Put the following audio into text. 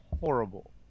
horrible